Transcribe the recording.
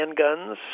handguns